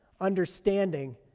understanding